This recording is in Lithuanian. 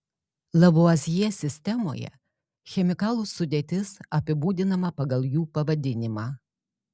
lavuazjė sistemoje chemikalų sudėtis apibūdinama pagal jų pavadinimą